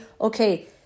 okay